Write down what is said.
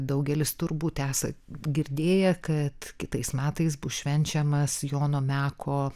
daugelis turbūt esat girdėję kad kitais metais bus švenčiamas jono meko